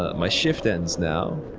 my shift ends now.